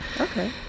Okay